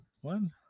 one